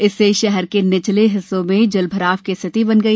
इससे शहर के निचले हिस्सों में जलभराव की स्थिति बन गई